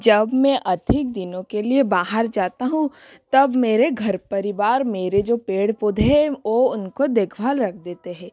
जब में अधिक दिनों के लिए बाहर जाती हूँ तब मेरे घर परिवार मेरे जो पेड़ पौधे हैं वो उनकी देखभाल रख देते हैं